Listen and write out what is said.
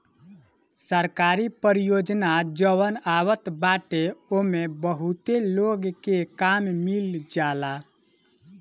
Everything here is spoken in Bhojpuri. सरकारी परियोजना जवन आवत बाटे ओमे बहुते लोग के काम मिल जाला